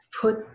put